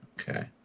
Okay